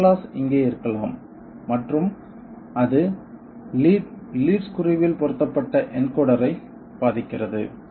பேக்லாஸ் இங்கே இருக்கலாம் மற்றும் அது லீட் லீட் ஸ்க்ரூவில் பொருத்தப்பட்ட என்கோடர் ஐ பாதிக்கிறது